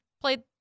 played